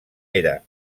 era